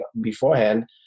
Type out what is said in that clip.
beforehand